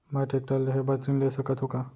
मैं टेकटर लेहे बर ऋण ले सकत हो का?